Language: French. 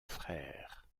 frère